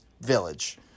village